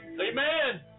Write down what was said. Amen